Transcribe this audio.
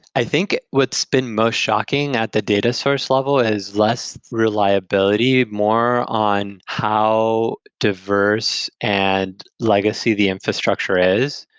i think what's been most shocking at the data source level is less reliability, more on how diverse and legacy the infrastructure is.